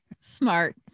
Smart